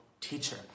teacher